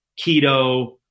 keto